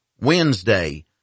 Wednesday